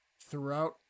throughout